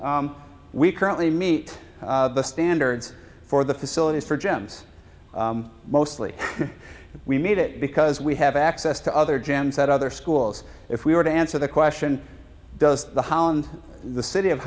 we currently meet the standards for the facilities for gems mostly we made it because we have access to other gems that other schools if we were to answer the question does the holland the city of